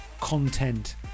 content